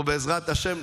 אנחנו בעזרת השם,